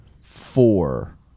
four